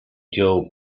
joe